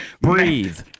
Breathe